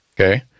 Okay